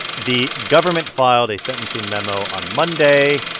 the government filed a sentencing memo on monday,